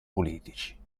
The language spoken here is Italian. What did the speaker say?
politici